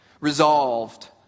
Resolved